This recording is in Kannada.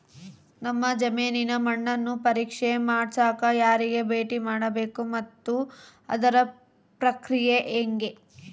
ನಮ್ಮ ಜಮೇನಿನ ಮಣ್ಣನ್ನು ಪರೇಕ್ಷೆ ಮಾಡ್ಸಕ ಯಾರಿಗೆ ಭೇಟಿ ಮಾಡಬೇಕು ಮತ್ತು ಅದರ ಪ್ರಕ್ರಿಯೆ ಹೆಂಗೆ?